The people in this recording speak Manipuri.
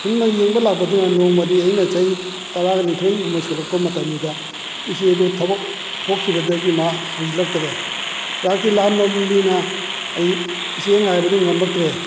ꯑꯁꯨꯝꯅ ꯌꯦꯡꯕ ꯂꯥꯛꯄꯗꯨꯅ ꯅꯣꯡꯃꯗꯤ ꯑꯩꯅ ꯆꯍꯤ ꯇꯔꯥꯒꯅꯤꯊꯣꯏꯒꯨꯝꯕ ꯁꯨꯔꯛꯄ ꯃꯇꯝꯗꯨꯗ ꯏꯆꯦ ꯑꯗꯨ ꯊꯕꯛ ꯊꯣꯛꯈꯤꯕꯗꯒꯤ ꯃꯥ ꯍꯟꯖꯜꯂꯛꯇ꯭ꯔꯦ ꯆꯥꯛꯇꯤ ꯂꯥꯝꯃꯕꯅꯤꯅ ꯑꯩ ꯏꯆꯦ ꯉꯥꯏꯕꯗꯨ ꯉꯝꯃꯛꯇ꯭ꯔꯦ